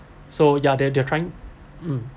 so yeah they're they're trying um